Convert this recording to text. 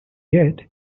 yet